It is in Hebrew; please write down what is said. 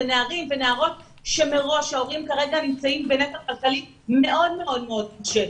אלה נערים ונערות שמראש ההורים כרגע בנטל כלכלי מאוד מאוד קשה.